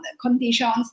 conditions